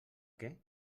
què